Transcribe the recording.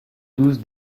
douce